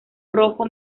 rojo